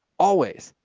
always.